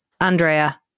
Andrea